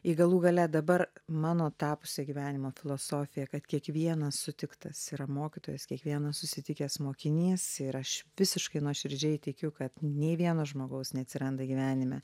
ji galų gale dabar mano tapusi gyvenimo filosofija kad kiekvienas sutiktas yra mokytojas kiekvienas susitikęs mokinys ir aš visiškai nuoširdžiai tikiu kad nei vieno žmogaus neatsiranda gyvenime